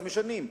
אז משנים,